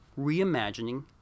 reimagining